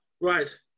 Right